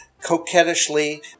coquettishly